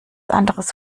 anderes